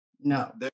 no